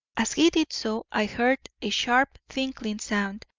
as he did so, i heard a sharp tinkling sound,